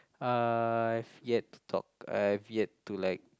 I've yet to talk I've yet to like